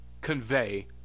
convey